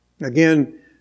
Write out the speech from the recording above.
Again